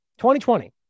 2020